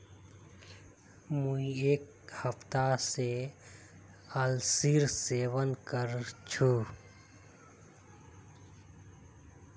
मुई एक हफ्ता स अलसीर सेवन कर छि